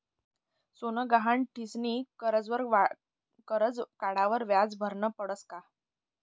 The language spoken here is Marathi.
सोनं गहाण ठीसनी करजं काढावर व्याज भरनं पडस का?